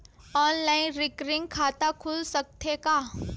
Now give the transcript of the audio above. Online recurring खाता खुल सकथे का?